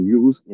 use